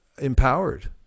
Empowered